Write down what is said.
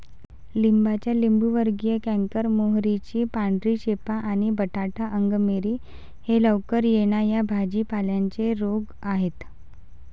लिंबाचा लिंबूवर्गीय कॅन्कर, मोहरीची पांढरी चेपा आणि बटाटा अंगमेरी हे लवकर येणा या भाजी पाल्यांचे रोग आहेत